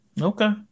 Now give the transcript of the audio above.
Okay